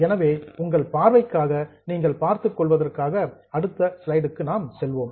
எனவே உங்கள் பார்வைக்காக நீங்கள் பார்த்து புரிந்து கொள்வதற்கு அடுத்த ஸ்லைடுக்கு செல்கிறோம்